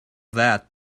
that